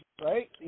right